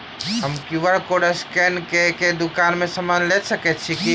हम QR code scan कऽ केँ दुकान मे समान लऽ सकैत छी की?